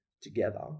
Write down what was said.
together